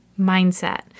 mindset